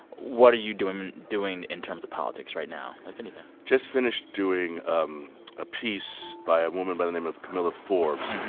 what are you doing doing in terms of politics right now, if anything? just finished doing um a piece by a woman by the name of kamilah forbes.